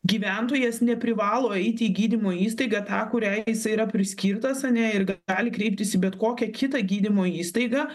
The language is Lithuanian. gyventojas neprivalo eiti į gydymo įstaigą tą kurią jisai yra priskirtas ane ir gali kreiptis į bet kokią kitą gydymo įstaigą